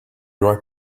right